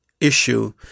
issue